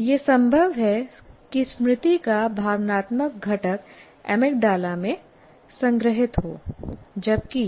यह संभव है कि स्मृति का भावनात्मक घटक अमिगडाला में संग्रहीत हो जबकि